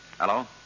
Hello